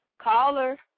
Caller